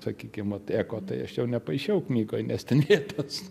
sakykim vat eko tai aš jau nepaišiau knygoj nes ten vietos